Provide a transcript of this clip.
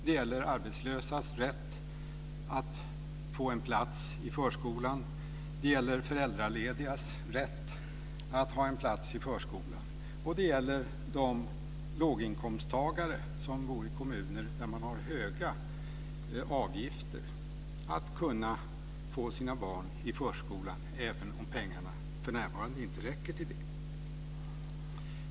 Det gäller arbetslösas och föräldraledigas rätt att få plats i förskolan för sina barn och rätt för låginkomsttagare i kommuner med höga avgifter att få plats för sina barn i förskola, även om pengarna för närvarande inte räcker till det.